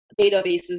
databases